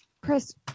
Chris